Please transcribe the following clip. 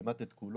כמעט את כולו.